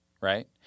Right